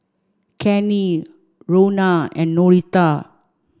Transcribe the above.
Cannie Rhona and Norita